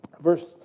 Verse